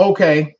Okay